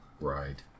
Right